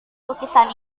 lukisan